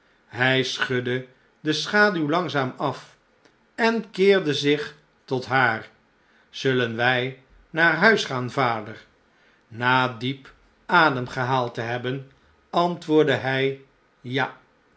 hfl schudde de schaduw langzaam af en keerde zich tot haar zullen wy naar huis gaan vader na diep ademgehaald te hebben antwoordde hn ja